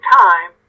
time